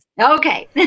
Okay